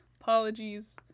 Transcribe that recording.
apologies